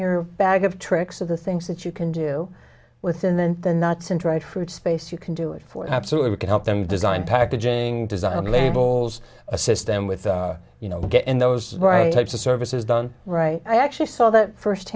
your bag of tricks of the things that you can do within then the nuts and dried fruit space you can do it for absolutely we can help them design packaging design labels assist them with you know getting those right types of services done right i actually saw that first